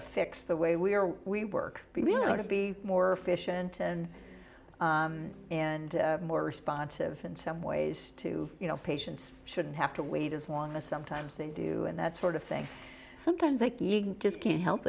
to fix the way we are we work you know to be more efficient and and more responsive in some ways to patients shouldn't have to wait as long as sometimes they do and that sort of thing sometimes they just can't help